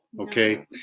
okay